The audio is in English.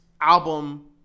album